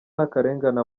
n’akarengane